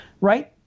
right